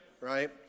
Right